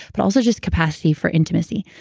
but also just capacity for intimacy.